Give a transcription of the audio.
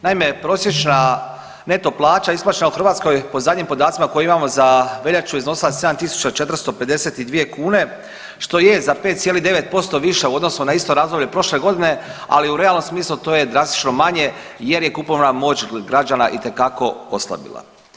Naime, prosječna neto plaća isplaćena u Hrvatskoj po zadnjim podacima koje imamo za veljaču iznosila je 7.452 kune što je za 5,9% viša u odnosu na isto razdoblje prošle godine, ali u realnom smislu to je drastično manje jer je kupovna moć građana itekako oslabila.